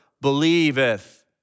believeth